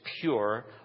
pure